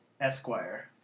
Esquire